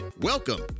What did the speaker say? Welcome